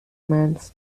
meinst